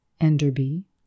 Enderby